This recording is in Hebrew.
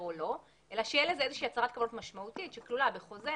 או לא אלא שתהיה לזה הצהרת כוונות משמעותית שכלולה בחוזה.